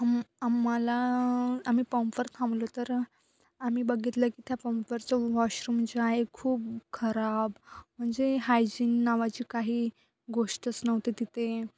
अम आम्हाला आम्ही पंपवर थांबलो तर आम्ही बघितलं की त्या पंपवरचं वॉशरूम जे आहे खूप खराब म्हणजे हायजीन नावाची काही गोष्टच नव्हते तिथे